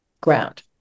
ground